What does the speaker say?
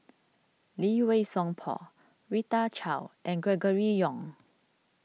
Lee Wei Song Paul Rita Chao and Gregory Yong